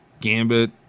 Gambit